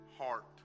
heart